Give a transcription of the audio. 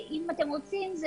אם אתם רוצים, אני